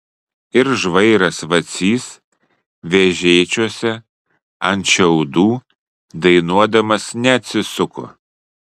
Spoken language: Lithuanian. ir žvairas vacys vežėčiose ant šiaudų dainuodamas neatsisuko